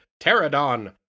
Pterodon